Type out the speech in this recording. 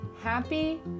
Happy